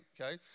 okay